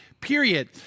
period